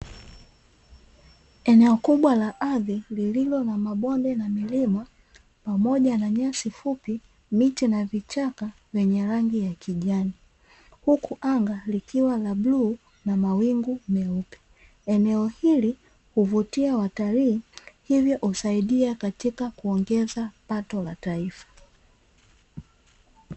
Eneo kubwa la ardhi lililo na mabonde na milima pamoja na nyasi fupi, miti na vichaka vyenye rangi ya kijani. Huku anga likiwa la bluu na mawingu meupe, eneo hili huvutia watalii hivyo usaidia katika kuongeza pato la taifa.